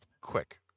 quick